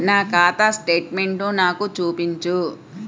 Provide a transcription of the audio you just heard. నా ఖాతా స్టేట్మెంట్ను నాకు చూపించు